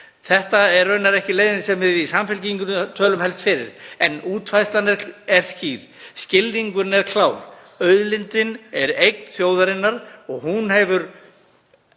Þetta er raunar ekki leiðin sem við í Samfylkingunni tölum helst fyrir en útfærslan er skýr, skilningurinn er klár; auðlindin er eign þjóðarinnar og hún hefur